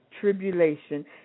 tribulation